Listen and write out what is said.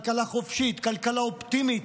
כלכלה חופשית, כלכלה אופטימית,